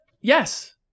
Yes